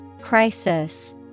Crisis